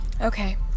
Okay